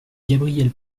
gabriel